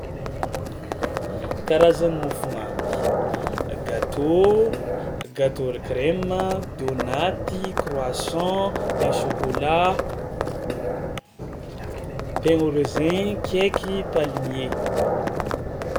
Karazany mofomamy: gâteau gâteau ary crème a, dônaty, croissant, pain chocolat, pain au raisin, cake, palmier.